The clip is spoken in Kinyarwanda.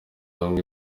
bamwe